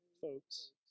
folks